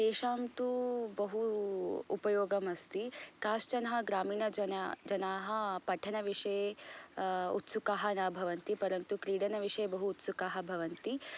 तेषां तु बहूपयोगम् अस्ति काश्चनः ग्रामीणजन जनाः पठनविषये उत्सुकाः न भवन्ति परन्तु क्रीडनविषये बहु उत्सुकाः भवन्ति